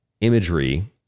imagery